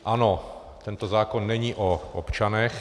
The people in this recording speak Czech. Ano, tento zákon není o občanech.